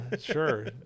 sure